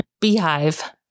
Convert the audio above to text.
Beehive